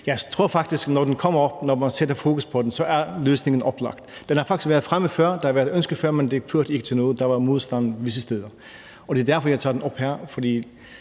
Jeg tror faktisk, at når man sætter fokus på den, så er løsningen oplagt. Den har faktisk været fremme før, og ønsket har været fremme før, men det førte ikke til noget; der var modstand visse steder. Og det er derfor, jeg tager den op her. For